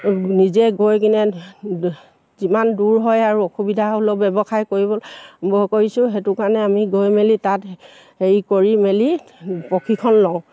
নিজে গৈ কিনে যিমান দূৰ হয় আৰু অসুবিধা হ'লেও ব্যৱসায় কৰিব কৰিছোঁ সেইটো কাৰণে আমি গৈ মেলি তাত হেৰি কৰি মেলি প্ৰশিক্ষণ লওঁ